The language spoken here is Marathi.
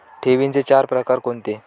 ठेवींचे चार प्रकार कोणते?